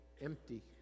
empty